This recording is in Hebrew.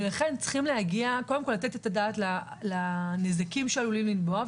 ולכן צריך קודם כל לתת את הדעת לנזקים שעלולים לנבוע.